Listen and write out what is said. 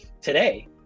today